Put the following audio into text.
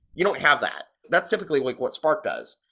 you don't have that. that's typically what what spark does.